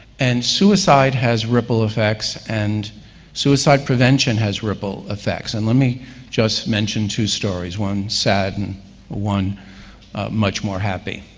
and suicide has ripple effects, and suicide prevention has ripple effects. and let me just mention two stories one sad and one much more happy.